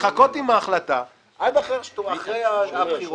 לחכות עם ההחלטה עד אחרי הבחירות.